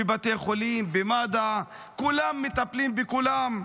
בבתי חולים, במד"א, כולם מטפלים בכולם.